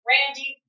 Randy